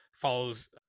follows